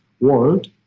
world